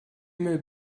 mail